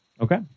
Okay